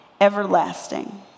everlasting